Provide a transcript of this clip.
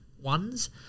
ones